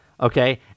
okay